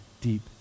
deep